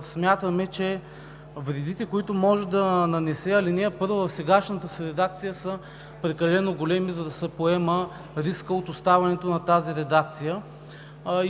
смятаме, че вредите, които може да нанесе ал. 1 в сегашната си редакция, са прекалено големи, за да се поема риска от оставането на тази редакция.